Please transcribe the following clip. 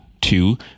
Two